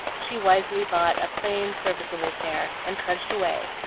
she wisely bought a plain, serviceable pair, and trudged away,